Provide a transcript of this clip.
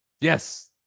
Yes